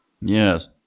Yes